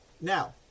Now